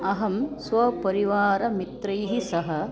अहं स्वपरिवारमित्रैः सह